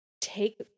take